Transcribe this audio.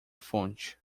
fonte